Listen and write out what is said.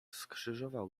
skrzyżował